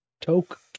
Toke